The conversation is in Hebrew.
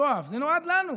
יואב, זה נועד לנו.